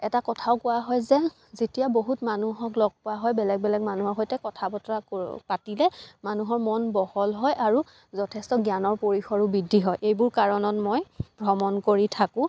এটা কথাও কোৱা হয় যে যেতিয়া বহুত মানুহক লগ পোৱা হয় বেলেগ বেলেগ মানুহৰ সৈতে কথা বতৰা কৰোঁ পাতিলে মানুহৰ মন বহল হয় আৰু যথেষ্ট জ্ঞানৰ পৰিসৰো বৃদ্ধি হয় এইবোৰ কাৰণত মই ভ্ৰমণ কৰি থাকোঁ